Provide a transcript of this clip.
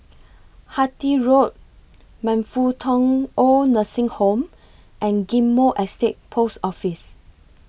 Hythe Road Man Fut Tong Oid Nursing Home and Ghim Moh Estate Post Office